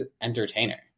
entertainer